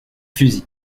fusil